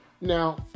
Now